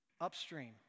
upstream